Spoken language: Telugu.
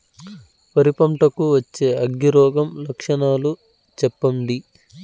వరి పంట కు వచ్చే అగ్గి రోగం లక్షణాలు చెప్పండి?